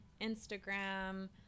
Instagram